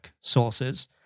sources